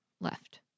left